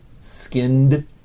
skinned